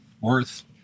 worth